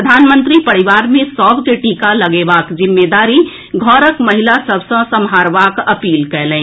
प्रधानमंत्री परिवार मे सभ के टीका लगएबाक जिम्मेदारी घरक महिला सभ सँ सम्हारबाक अपील कयलनि